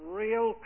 real